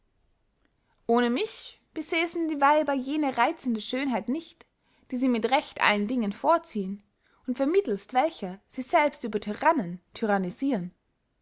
ohne mich besässen die weiber jene reizende schönheit nicht die sie mit recht allen dingen vorziehen und vermittelst welcher sie selbst über tyrannen tyrannisieren